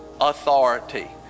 authority